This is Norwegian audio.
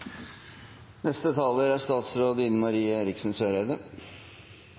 Neste taler er